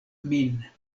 min